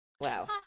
Wow